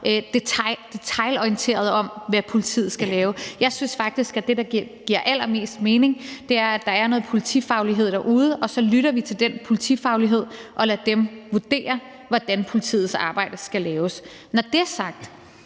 meget detailorienterede, med hensyn til hvad politiet skal lave. Jeg synes faktisk, at det, der giver allermest mening, er, at der er noget politifaglighed derude, som vi så lytter til, og at vi lader politiet vurdere, hvordan deres arbejde skal laves. Når det er sagt,